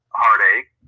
heartache